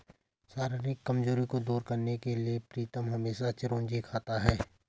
शारीरिक कमजोरी को दूर करने के लिए प्रीतम हमेशा चिरौंजी खाता है